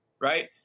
right